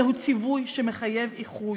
זהו ציווי שמחייב איחוי,